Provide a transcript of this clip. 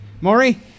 Maury